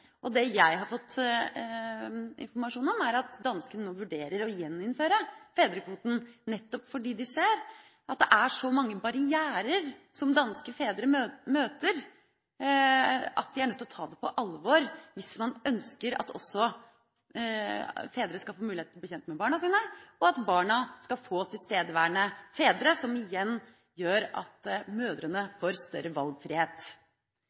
Det jeg har fått informasjon om, er at danskene nå vurderer å gjeninnføre fedrekvoten, nettopp fordi de ser at det er så mange barrierer som danske fedre møter, at de er nødt til å ta det på alvor hvis de ønsker at også fedre skal få muligheten til å bli kjent med barna sine, og at barna skal få tilstedeværende fedre, som igjen gjør at mødrene får større valgfrihet.